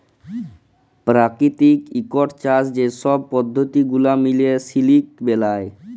পেরাকিতিক ইকট চাষ যে ছব পদ্ধতি গুলা মিলে সিলিক বেলায়